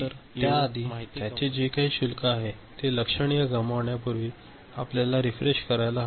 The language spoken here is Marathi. तर त्याआधी त्याचे जे काही शुल्क आहे ते लक्षणीय गमावण्यापूर्वी आपल्याला रिफ्रेश करायला हवे